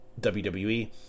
WWE